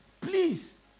please